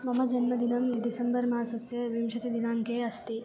मम जन्मदिनं डिसम्बर् मासस्य विंशतिदिनाङ्के अस्ति